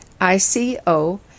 ICO